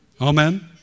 Amen